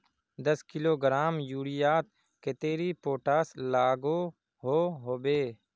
दस किलोग्राम यूरियात कतेरी पोटास लागोहो होबे?